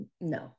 No